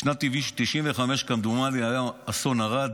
בשנת 1995, כמדומני, היה אסון ערד.